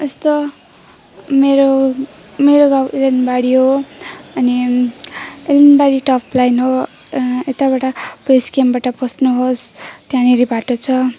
यस्तो मेरो मेरो घर उलेनबडी हो अनि उलेनबाडी टपलाइन हो यताबाट पुलिस क्याम्पबाट पस्नुहोस् त्यहाँनिर बाटो छ